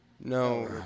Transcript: No